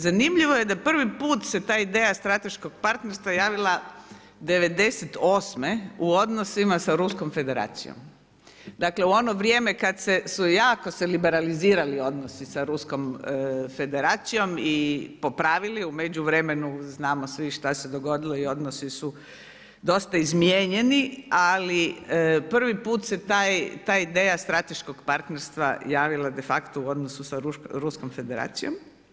Zanimljivo je da se prvi put ta ideja strateška partnerstva javila '98. u odnosima sa Ruskom Federacijom, dakle u ono vrijeme kada su se jako liberalizirali odnosi sa Ruskom Federacijom popravili i u međuvremenu znamo svi šta se dogodilo i donosi su dosta izmijenjeni, ali prvi put se ta ideja strateškog partnerstva javila de facto u odnosu sa Ruskom Federacijom.